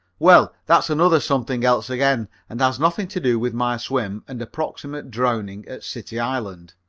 well, that's another something else again and has nothing to do with my swim and approximate drowning at city island.